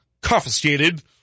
confiscated